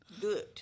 Good